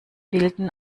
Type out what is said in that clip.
bilden